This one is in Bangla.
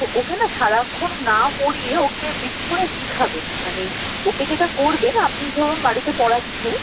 ওকে না সারাক্ষণ না পড়িয়ে ওকে বেশি করে লেখাবে মানে ওকে যেটা করবেন আপনি ধরুন বাড়িতে পড়াচ্ছেন